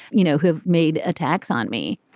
you know, who've made attacks on me?